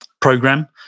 program